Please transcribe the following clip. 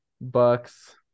Bucks